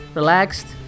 relaxed